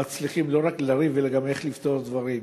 מצליחים לא רק לריב אלא גם לפתור דברים.